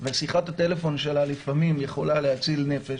ושיחת הטלפון שלה יכולה לפעמים להציל נפש,